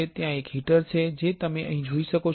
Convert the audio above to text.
ત્યાં એક હીટર છે જે તમે અહીં જોઈ શકો છો